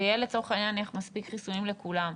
ויהיה לצורך העניין מספיק חיסונים לכולם,